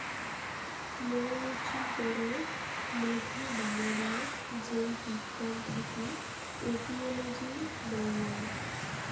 মৌ মুচি করে মধু বানাবার যেই বিজ্ঞান থাকি এপিওলোজি বল্যাং